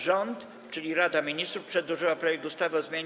Rząd, czyli Rada Ministrów, przedłożył projekt ustawy o zmianie